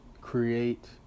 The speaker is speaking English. create